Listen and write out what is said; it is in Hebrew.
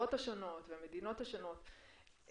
החברות השונות והמדינות השונות,